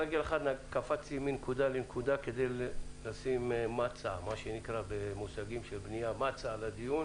קפצתי מנקודה לנקודה כדי לשים דגש על הדיון.